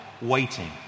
waiting